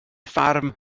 ffarm